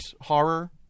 horror